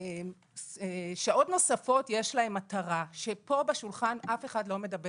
שעות נוספות יש להן מטרה,